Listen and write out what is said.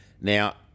Now